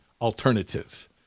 alternative